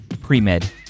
Pre-Med